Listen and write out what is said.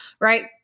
right